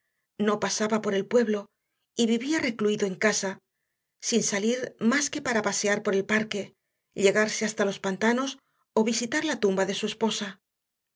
no pasaba por el pueblo y vivía recluido en casa sin salir más que para pasear por el parque llegarse hasta los pantanos o visitar la tumba de su esposa